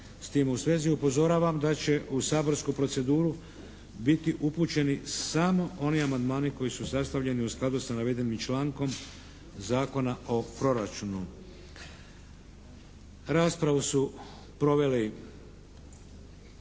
S tim u svezi upozoravam da će u saborsku proceduru biti upućeni samo oni amandmani koji su sastavljeni u skladu sa navedenim člankom Zakona o proračunu. Raspravu su proveli